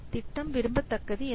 திட்டம் விரும்பத்தக்கது என்ன